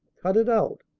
cut it out!